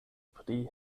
pri